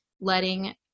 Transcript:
letting